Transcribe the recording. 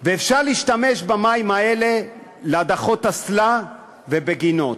ואפשר להשתמש במים האלה להדחות אסלה ולגינות.